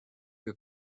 que